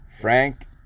frank